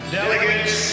delegates